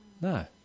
No